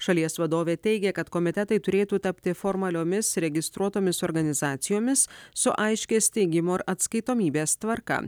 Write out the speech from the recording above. šalies vadovė teigia kad komitetai turėtų tapti formaliomis registruotomis organizacijomis su aiškia steigimo ir atskaitomybės tvarka